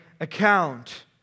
account